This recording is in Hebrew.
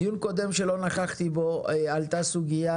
בדיון קודם שלא נכחתי עלתה סוגיה